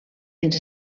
ens